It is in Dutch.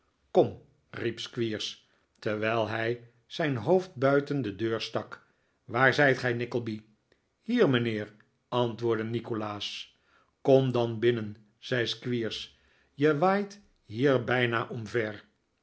kom riep squeers terwijl hij zijn hoofd buiten de deur stak waar zijt gij nickleby hier mijnheer antwoordde nikolaas kom dan binnen zei squeers je waait hier bijna omver